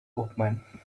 open